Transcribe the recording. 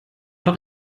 doch